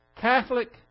Catholic